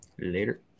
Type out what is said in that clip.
later